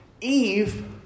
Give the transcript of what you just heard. Eve